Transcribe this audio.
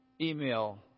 email